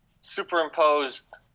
superimposed